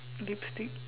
lipstick